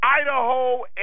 Idaho